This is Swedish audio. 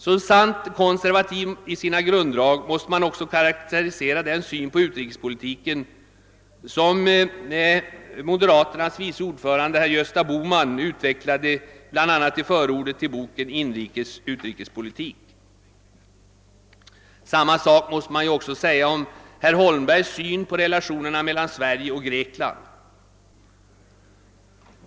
Som sant konservativ i sina grunddrag måste man också karakterisera den syn på utrikespolitiken som moderaternas vice ordförande Gösta Bohman utvecklade bl.a. i förordet till boken Inrikes utrikespolitik. Samma sak måste man säga om herr Holmbergs syn på relationerna mellan Sverige och Grekland.